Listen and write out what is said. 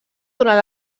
durant